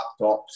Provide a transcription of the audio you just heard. laptops